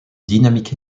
dynamique